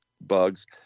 bugs